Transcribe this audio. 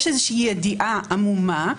יש איזה ידיעה עמומה,